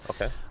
Okay